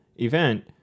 event